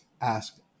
asked